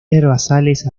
herbazales